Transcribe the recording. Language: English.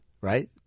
right